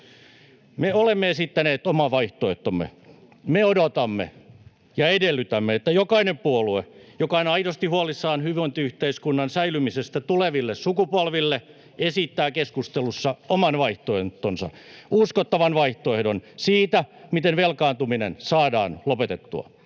Me olemme esittäneet oman vaihtoehtomme. Me odotamme ja edellytämme, että jokainen puolue, joka on aidosti huolissaan hyvinvointiyhteiskunnan säilymisestä tuleville sukupolville, esittää keskustelussa oman vaihtoehtonsa, uskottavan vaihtoehdon siitä, miten velkaantuminen saadaan lopetettua.